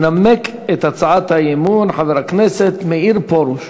ינמק את הצעת האי-אמון חבר הכנסת מאיר פרוש.